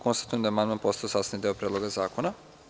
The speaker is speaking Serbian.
Konstatujem da je amandman postao sastavni deo Predloga zakona.